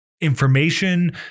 information